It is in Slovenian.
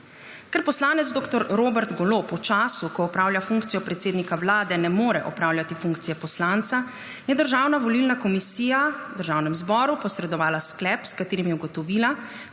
Ker poslanec dr. Robert Golob v času, ko opravlja funkcijo predsednika Vlade, ne more opravljati funkcije poslanca, je Državna volilna komisija Državnemu zboru posredovala sklep, s katerim je ugotovila,